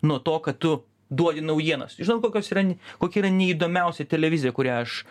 nuo to kad tu duodi naujienas žinot kokios yra kokia yra neįdomiausia televizija kurią aš